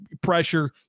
pressure